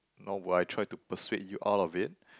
nor would I try to persuade you out of it